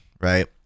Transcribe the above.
right